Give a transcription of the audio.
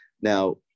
Now